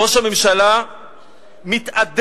ראש הממשלה מתהדר